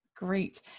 Great